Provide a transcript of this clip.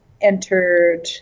entered